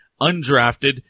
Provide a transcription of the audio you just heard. undrafted